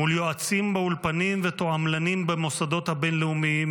מול יועצים באולפנים ותועמלנים במוסדות הבין-לאומיים